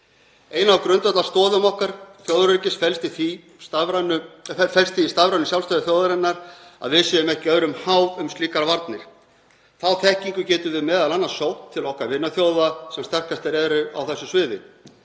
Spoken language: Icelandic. Ein af grundvallarstoðum okkar þjóðaröryggis felst í stafrænu sjálfstæði þjóðarinnar, að við séum ekki öðrum háð um slíkar varnir. Þá þekkingu getum við m.a. sótt til okkar vinaþjóða sem sterkastar eru á þessu sviði.